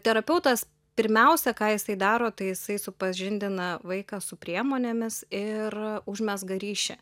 terapeutas pirmiausia ką jisai daro tai jisai supažindina vaiką su priemonėmis ir užmezga ryšį